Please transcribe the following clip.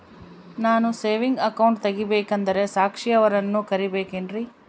ನಾನು saving account ತೆಗಿಬೇಕಂದರ ಸಾಕ್ಷಿಯವರನ್ನು ಕರಿಬೇಕಿನ್ರಿ?